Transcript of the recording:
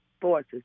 forces